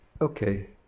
Okay